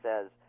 says